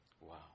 Wow